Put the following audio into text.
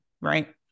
Right